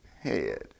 head